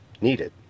needed